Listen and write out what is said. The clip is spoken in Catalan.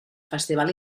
festival